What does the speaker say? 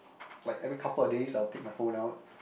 like every couple of days I will take my phone out